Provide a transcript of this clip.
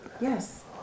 Yes